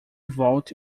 volte